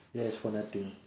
that is for nothing